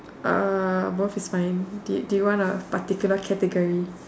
uh both is fine do do you want a particular category